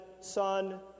Son